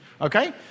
Okay